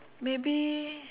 maybe